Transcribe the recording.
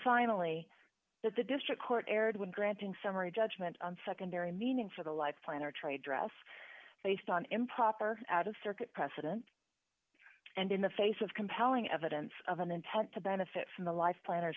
finally that the district court erred when granting summary judgment on secondary meaning for the life plan or trade dress based on improper out of circuit precedent and in the face of compelling evidence of an intent to benefit from the life planners